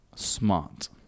smart